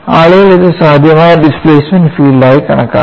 ആളുകൾ ഇത് സാധ്യമായ ഡിസ്പ്ലേസ്മെൻറ് ഫീൽഡ് ആയി കണക്കാക്കി